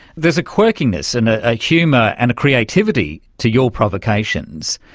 there's a quirkiness and ah a humour and a creativity to your provocations.